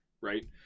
right